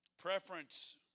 Preference